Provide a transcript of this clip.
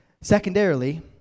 Secondarily